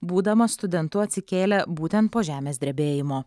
būdamas studentu atsikėlė būtent po žemės drebėjimo